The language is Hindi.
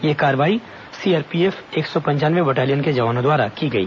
यह कार्रवाई सीआरपीएफ एक सौ पंचानवे बटालियन के जवानों द्वारा की गई